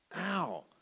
Ow